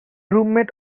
roommate